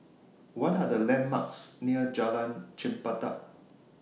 What Are The landmarks near Jalan Chempedak